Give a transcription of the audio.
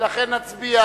ולכן נצביע